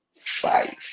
five